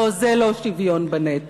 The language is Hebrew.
לא, זה לא שוויון בנטל.